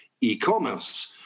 e-commerce